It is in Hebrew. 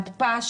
מתפ"ש,